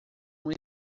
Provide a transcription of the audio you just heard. uma